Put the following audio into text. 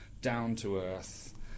down-to-earth